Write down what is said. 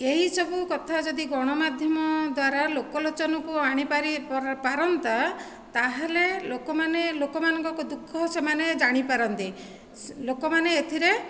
ଏହିସବୁ କଥା ଯଦି ଗଣମାଧ୍ୟମ ଦ୍ୱାରା ଲୋକ ଲୋଚନକୁ ଆଣିପାରି ପର ପାରନ୍ତା ତା'ହେଲେ ଲୋକମାନେ ଲୋକମାନଙ୍କ ଦୁଃଖ ସେମାନେ ଜାଣିପାରନ୍ତେ ଲୋକମାନେ ଏଥିରେ